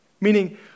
Meaning